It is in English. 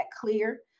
clear